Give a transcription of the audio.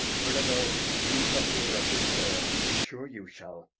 mirabell, you shall hear of this, sir be sure you shall.